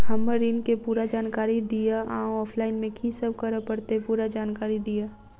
हम्मर ऋण केँ पूरा जानकारी दिय आ ऑफलाइन मे की सब करऽ पड़तै पूरा जानकारी दिय?